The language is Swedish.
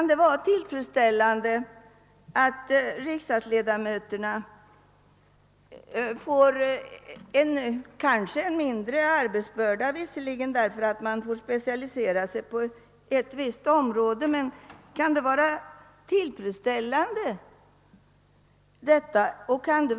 Grundlagberedningen har med sitt förslag avsett att aktivera riksdagsledamöterna.